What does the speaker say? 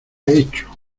hecho